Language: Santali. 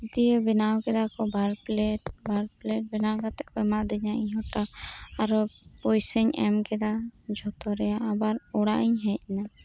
ᱫᱤᱭᱮ ᱵᱮᱱᱟᱣ ᱠᱮᱫᱟᱠᱚ ᱵᱟᱨ ᱯᱞᱮᱴ ᱵᱟᱨ ᱯᱞᱮᱴ ᱵᱮᱱᱟᱣ ᱠᱟᱛᱮᱫ ᱠᱚ ᱮᱢᱟ ᱫᱤᱧᱟ ᱤᱧᱦᱚᱸ ᱴᱟ ᱟᱨᱦᱚᱸ ᱯᱚᱭᱥᱟᱧ ᱮᱢ ᱠᱮᱫᱟ ᱡᱷᱚᱛᱚ ᱨᱮᱭᱟᱜ ᱟᱵᱟᱨ ᱚᱲᱟᱜ ᱤᱧ ᱦᱮᱡ ᱮᱱᱟ